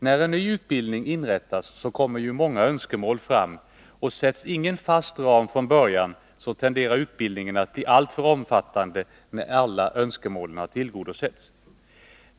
När en ny utbildning inrättas, kommer ju många önskemål fram, och sätts inga fasta ramar från början tenderar utbildningen att bli alltför omfattande när alla önskemål har tillgodosetts.